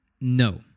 No